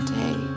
day